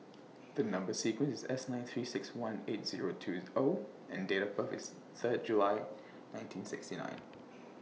The Number sequence IS S nine three six one eight Zero two O and Date of birth IS Third July nineteen sixty nine